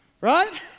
right